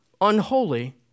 unholy